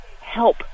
help